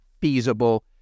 feasible